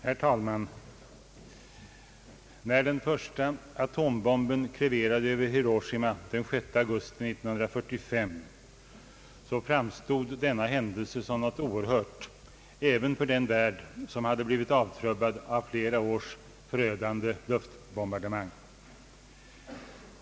Herr talman! När den första atombomben kreverade över Hiroshima den 6 augusti 1945, framstod denna händelse som något oerhört även för den värld som hade blivit avtrubbad av flera års förödande luftbombardemang.